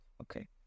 Okay